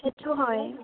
সেইটো হয়